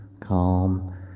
calm